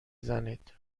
زنید